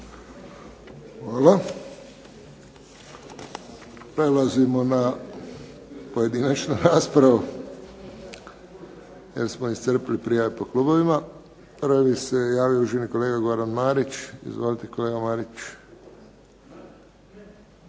Hvala. Prelazimo na pojedinačnu raspravu jer smo iscrpile prijave po klubovima. Prvi se javio uvaženi kolega Goran Marić. Izvolite kolega Marić.